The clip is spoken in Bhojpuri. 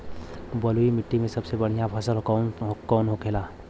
बलुई मिट्टी में सबसे बढ़ियां फसल कौन कौन होखेला?